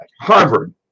Harvard